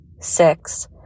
six